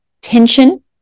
tension